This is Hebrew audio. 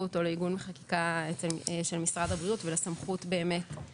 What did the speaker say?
או לעיגון בחקיקה של משרד הבריאות או לסמכות לפעול.